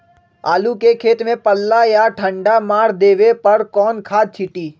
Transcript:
आलू के खेत में पल्ला या ठंडा मार देवे पर कौन खाद छींटी?